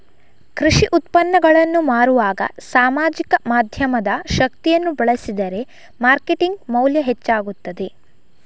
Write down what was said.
ಕೃಷಿ ಉತ್ಪನ್ನಗಳನ್ನು ಮಾರುವಾಗ ಸಾಮಾಜಿಕ ಮಾಧ್ಯಮದ ಶಕ್ತಿಯನ್ನು ಬಳಸಿದರೆ ಮಾರ್ಕೆಟಿಂಗ್ ಮೌಲ್ಯ ಹೆಚ್ಚಾಗುತ್ತದೆ